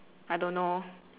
I don't know